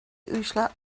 uaisle